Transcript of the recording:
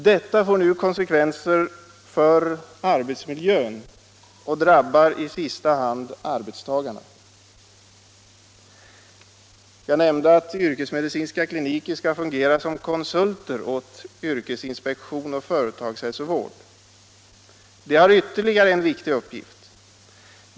Detta får konsekvenser för arbetsmiljön och drabbar i sista hand arbetstagarna. Jag nämnde att yrkesmedicinska kliniker skall fungera som konsulter åt yrkesinspektion och företagshälsovård. De har ytterligare en viktig uppgift.